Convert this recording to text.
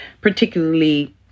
particularly